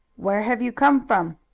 where have you come from?